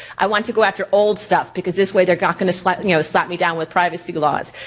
i want to go after old stuff, because this way they're not gonna slap and you know slap me down with privacy laws.